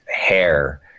hair